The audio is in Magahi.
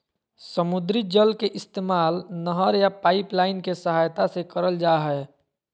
समुद्री जल के इस्तेमाल नहर या पाइपलाइन के सहायता से करल जा हय